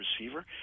receiver